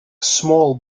small